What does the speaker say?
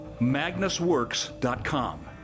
magnusworks.com